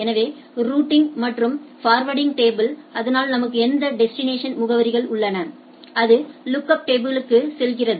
எனவேரூட்டிங் மற்றும் forwarding table அதனால் நமக்கு அந்த டெஸ்டினேஷன் முகவரிகள் உள்ளன அது லூக்அப் டேபிளுக்கு செல்கிறது